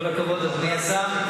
כל הכבוד, אדוני השר.